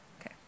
Okay